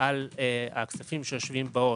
על הכספים שיושבים בעו"ש.